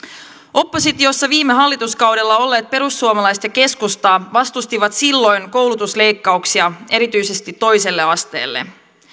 oppositiossa viime hallituskaudella olleet perussuomalaiset ja keskusta vastustivat silloin koulutusleikkauksia erityisesti toiselle asteelle